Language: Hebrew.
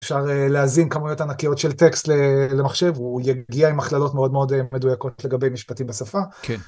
אפשר להזין כמויות ענקיות של טקסט למחשב הוא יגיע עם הכללות מאוד מאוד מדויקות לגבי משפטים בשפה.